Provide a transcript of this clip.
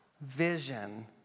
vision